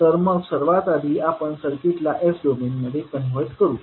तर मग सर्वात आधी आपण या सर्किटला s डोमेनमध्ये कन्व्हर्ट करू